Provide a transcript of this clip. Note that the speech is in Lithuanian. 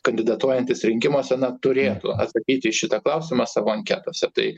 kandidatuojantys rinkimuose na turėtų atsakyti į šitą klausimą savo anketose tai